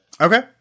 okay